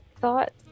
thought